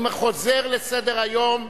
אני חוזר לסדר-היום,